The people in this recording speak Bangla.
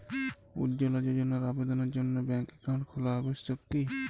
উজ্জ্বলা যোজনার আবেদনের জন্য ব্যাঙ্কে অ্যাকাউন্ট খোলা আবশ্যক কি?